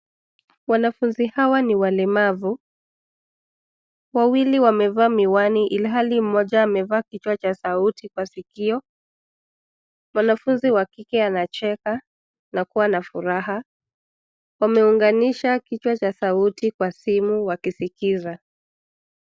Wanafunzi hawa ni walemavu. Wawili wamevaa miwani ilhali mmoja amevaa kichwa cha sauti kwa sikio. Mwanafunzi wa kike anacheka na kuwa na furaha. Wameunganisha kichwa cha sauti kwa simu wakisikiza.